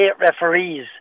referees